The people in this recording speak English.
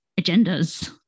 agendas